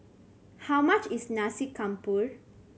how much is Nasi Campur